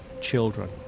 children